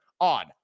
on